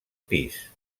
pis